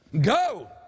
Go